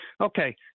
Okay